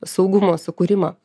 saugumo sukūrimo